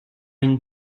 une